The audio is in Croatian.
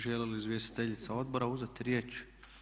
Želi li izvjestiteljica odbora uzeti riječ?